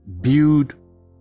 build